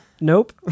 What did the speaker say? nope